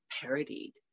parodied